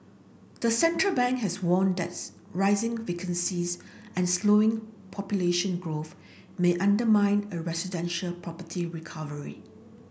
the central bank has warned that's rising vacancies and slowing population growth may undermine a residential property recovery